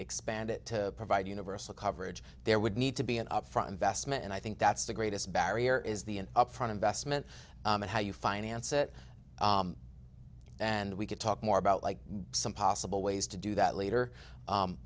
expand it to provide universal coverage there would need to be an upfront investment and i think that's the greatest barrier is the upfront investment in how you finance it and we could talk more about like some possible ways to do that later